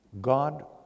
God